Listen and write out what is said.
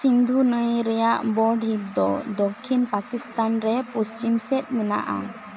ᱥᱤᱸᱫᱷᱩ ᱱᱟᱹᱭ ᱨᱮᱭᱟᱜ ᱵᱚᱰᱷᱤᱫᱚ ᱫᱚ ᱫᱚᱠᱷᱤᱱ ᱯᱟᱠᱤᱥᱛᱟᱱ ᱨᱮ ᱯᱚᱪᱷᱤᱢ ᱥᱮᱫ ᱢᱮᱱᱟᱜᱼᱟ